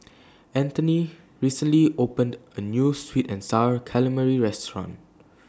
Antony recently opened A New Sweet and Sour Calamari Restaurant